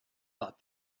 thought